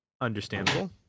Understandable